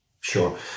Sure